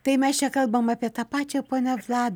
tai mes čia kalbam apie tą pačią ponią vladą